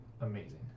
amazing